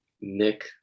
Nick